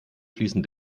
fließen